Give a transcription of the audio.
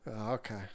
okay